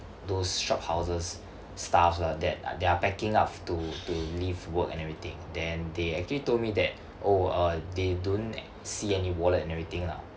those shophouses staff lah that they're packing up to to leave work and everything then they actually told me that oh uh they don't see any wallet and everything lah